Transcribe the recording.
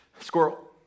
Squirrel